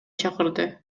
чакырды